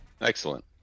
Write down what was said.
Excellent